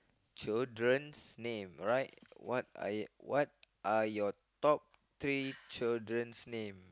children's name alright what are your top three children's name